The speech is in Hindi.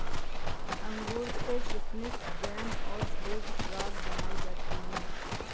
अंगूर से किशमिस जैम और फ्रूट सलाद बनाई जाती है